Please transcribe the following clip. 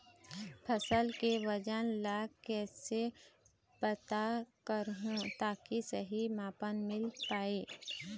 फसल के वजन ला कैसे पता करहूं ताकि सही मापन मील पाए?